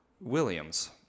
Williams